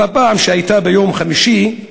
אבל הפעם, ביום חמישי,